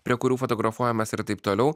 prie kurių fotografuojamasi ir taip toliau